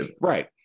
right